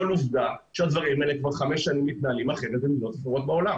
אבל עובדה שהדברים האלה כבר חמש שנים מתנהלים אחרת במדינות אחרות בעולם.